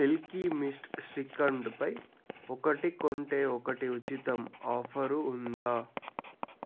Milky Mist శ్రీఖండ్పై ఒకటి కొంటే ఒకటి ఉచితం ఆఫరు ఉందా